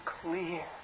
clear